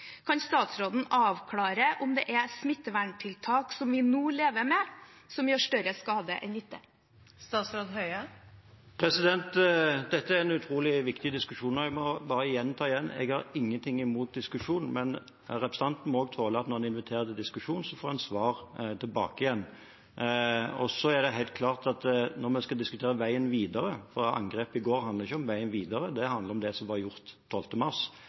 Kan statsråden avklare om det er smitteverntiltak som vi nå lever med, som gjør større skade enn nytte? Dette er en utrolig viktig diskusjon, og jeg må bare gjenta: Jeg har ingenting imot diskusjon, men representanten må også tåle at når man inviterer til diskusjon, så får man svar tilbake. Angrepet i går handlet ikke om veien videre, det handlet om det som var gjort 12. mars. Men når man skal diskutere veien videre, må man helt klart ha en åpen og god diskusjon om det